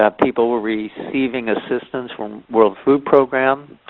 ah people were receiving assistance from world food programme,